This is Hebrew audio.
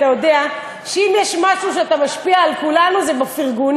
אתה יודע שאם יש משהו שאתה משפיע בו על כולנו זה בפרגונים.